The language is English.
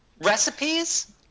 recipes